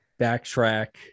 backtrack